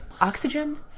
Oxygen